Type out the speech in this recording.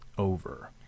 over